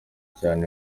cyangwa